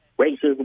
racism